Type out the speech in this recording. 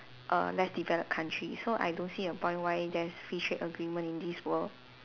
err less developed country so I don't see a point why there's free trade agreement in this world